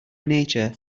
nature